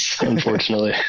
unfortunately